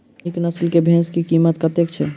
नीक नस्ल केँ भैंस केँ कीमत कतेक छै?